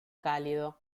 cálido